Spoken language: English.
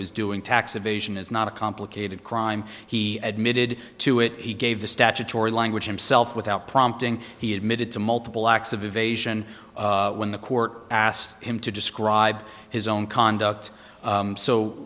was doing tax evasion is not a complicated crime he admitted to it he gave the statutory language himself without prompting he admitted to multiple acts of evasion when the court asked him to describe his own conduct